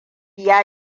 ya